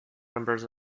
members